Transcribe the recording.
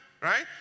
right